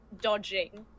dodging